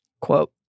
Quote